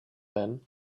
men